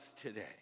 today